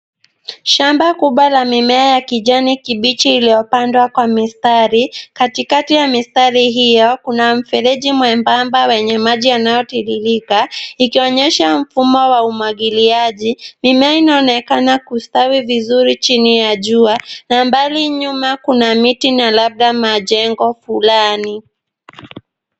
Shamba kubwa la mimea ya kijani kibichi iliyopandwa kwa mistari. Katikati ya mistari hiyo, kuna mfereji mwebamba wenye maji yanayotiririka ikionyesha mfumo wa umwagiliaji. Mimea inaonekana kustawi vizuri chini ya jua na mbali nyuma kuna miti na labda majengo fulani.